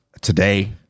Today